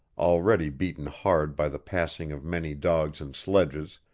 already beaten hard by the passing of many dogs and sledges,